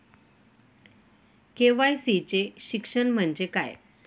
KYC चे शिक्षण म्हणजे काय?